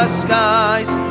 skies